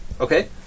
Okay